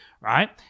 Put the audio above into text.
right